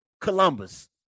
Columbus